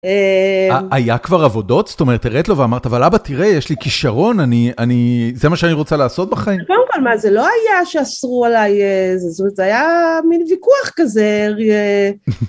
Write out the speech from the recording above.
היה כבר עבודות זאת אומרת הראית לו ואמרת אבל אבא תראה יש לי כישרון אני אני זה מה שאני רוצה לעשות בחיים. זה לא היה שאסרו עליי, זה היה מין ויכוח כזה.